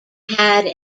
had